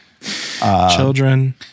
Children